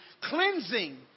cleansing